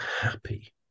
happy